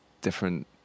different